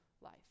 life